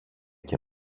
και